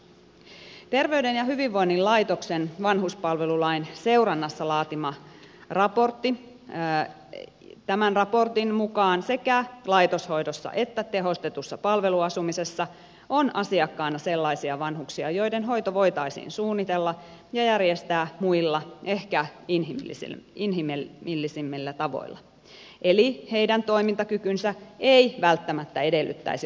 terveyden ja hyvinvoinnin laitoksen vanhuspalvelulain seurannassa laatiman raportin mukaan sekä laitoshoidossa että tehostetussa palveluasumisessa on asiakkaana sellaisia vanhuksia joiden hoito voitaisiin suunnitella ja järjestää muilla ehkä inhimillisemmillä tavoilla eli heidän toimintakykynsä ei välttämättä edellyttäisi laitoshoitoa